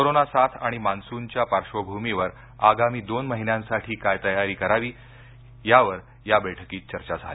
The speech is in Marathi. कोरोना साथ आणि मान्सूनच्या पार्श्वभूमीवर आगामी दोन महिन्यांसाठी काय तयारी करावी लागेल यावर या बैठकीत चर्चा झाली